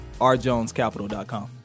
rjonescapital.com